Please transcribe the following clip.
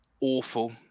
awful